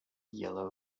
yellow